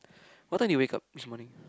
what time did you wake up this morning